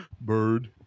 bird